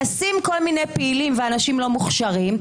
נשים כל מיני פעילים ואנשים לא מוכשרים,